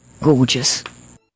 Gorgeous